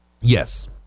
Yes